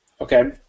Okay